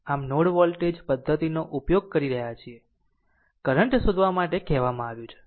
આમ node voltage પદ્ધતિનો ઉપયોગ કરી રહ્યાં છીએ કરંટ શોધવા માટે કહેવામાં આવ્યું છે